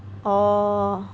orh